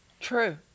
True